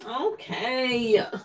okay